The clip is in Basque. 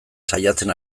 saiatzen